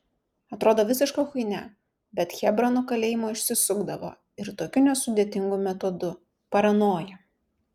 atrodo visiška chuinia bet chebra nuo kalėjimo išsisukdavo ir tokiu nesudėtingu metodu paranoja